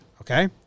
Okay